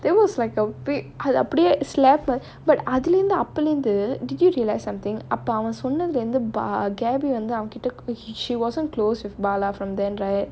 that was like a big அப்டியே:apdiyae did you realise something அப்போ அவன் சொன்னது வந்து:appo avan sonnathu vandhu gaby வந்து அவன்கிட்ட:vandhu avankita she wasn't close with bala from then right